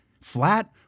Flat